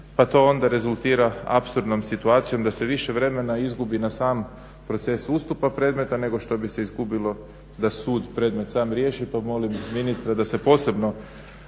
pa to onda rezultira apsurdnom situacijom da se više vremena izgubi na sam proces ustupa predmeta nego što bi se izgubilo da sud predmet sam riješi pa molim ministra da se posebno